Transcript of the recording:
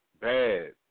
Bad